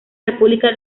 república